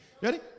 Ready